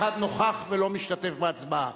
אחד נוכח ולא משתתף בהצבעה.